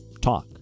talk